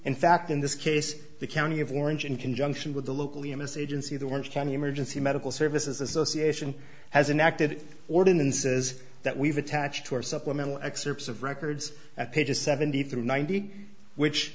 in fact in this case the county of orange in conjunction with the local e m a c agency the words county emergency medical services association has an active ordinances that we've attached to our supplemental excerpts of records at pages seventy three ninety which